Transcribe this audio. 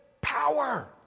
power